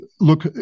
look